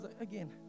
Again